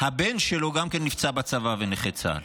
הבן שלו גם כן נפצע בצבא ונכה צה"ל.